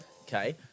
Okay